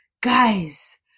Guys